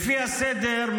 לפי הסדר,